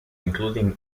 including